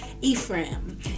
Ephraim